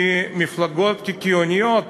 כי מפלגות קיקיוניות